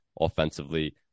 offensively